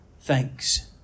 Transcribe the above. Thanks